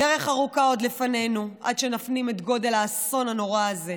דרך ארוכה עוד לפנינו עד שנפנים את גודל האסון הנורא הזה.